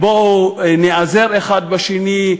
בואו ניעזר אחד בשני,